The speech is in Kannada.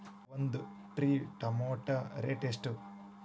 ಈಗ ಒಂದ್ ಟ್ರೇ ಟೊಮ್ಯಾಟೋ ರೇಟ್ ಎಷ್ಟ?